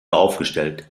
aufgestellt